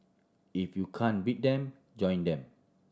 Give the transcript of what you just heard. if you can beat them join them